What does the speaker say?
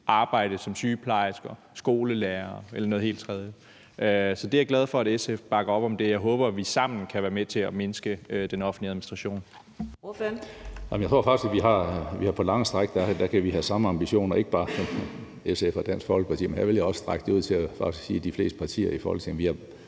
arbejde som sygeplejerske, skolelærer eller noget helt tredje. Så jeg er glad for, at SF bakker op om det, og jeg håber, at vi sammen kan være med til at mindske den offentlige administration.